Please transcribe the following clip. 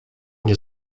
nie